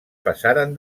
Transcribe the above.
passaren